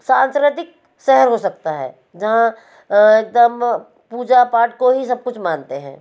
सांस्कृतिक शहर हो सकता है जहाँ एकदम पूजा पाठ को ही सब कुछ मानते हैं